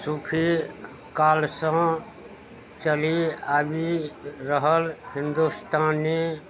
सूफी कालसँ चलि आबि रहल हिन्दुस्तानी